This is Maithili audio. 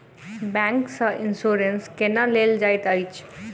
बैंक सँ इन्सुरेंस केना लेल जाइत अछि